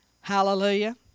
Hallelujah